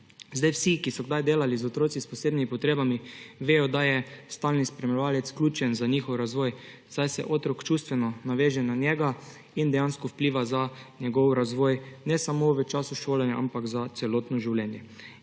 Vsi, ki so kdaj delali z otroci s posebnimi potrebami, vedo, da je stalni spremljevalec ključen za njihov razvoj, saj se otrok čustveno naveže na njega in dejansko vpliva na njegov razvoj ne samo v času šolanja, ampak za celotno življenje.